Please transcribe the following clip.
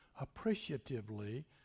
appreciatively